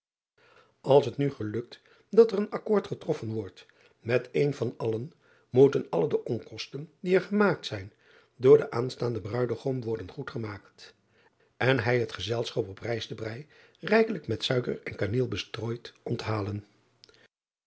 ls het nu gelukt dat er een akkoord getrossen wordt met een van allen moeten alle de onkosten die er gemaakt zijn door den aanstaanden ruidegom worden goedgemaakt en hij het gezelschap op rijstenbrij rijkelijk met suiker en kaneel bestrooid onthalen